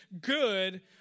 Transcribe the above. good